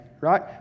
right